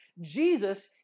Jesus